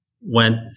went